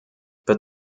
but